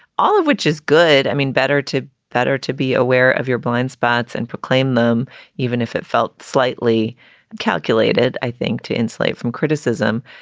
all of which is good. i mean, better to that are to be aware of your blind spots and proclaim them even if it felt slightly calculated. i think to insulate from criticism,